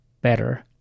better